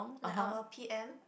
like our P_M